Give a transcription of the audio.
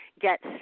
get